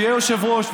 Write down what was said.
שיהיה יושב-ראש.